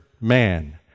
man